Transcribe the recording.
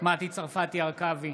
מטי צרפתי הרכבי,